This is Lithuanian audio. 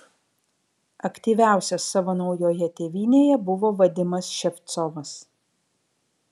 aktyviausias savo naujoje tėvynėje buvo vadimas ševcovas